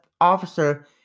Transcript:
officer